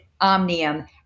Omnium